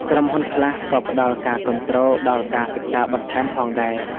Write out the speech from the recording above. ក្រុមហ៊ុនខ្លះ ក៏ផ្តល់ការគាំទ្រដល់ការសិក្សាបន្ថែមផងដែរ។